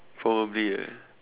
probably eh